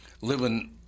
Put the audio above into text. living